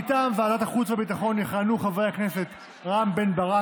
מטעם ועדת החוץ והביטחון יכהנו חברי הכנסת רם בן ברק,